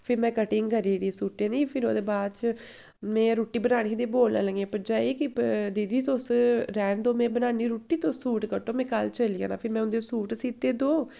फ्ही में कटिंग करी 'री सूटें दी फिर ओह्दे बाद में रुट्टी बनानी ही ते बोलन लगे भरजाई कि दीदी तुस रौह्न देओ में बनान्नी आं रुट्टी तुस सूट कट्टो में कल्ल चली जाना फिर में उं'दे सूट सीते दो